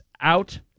out